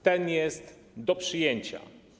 Ten jest do przyjęcia.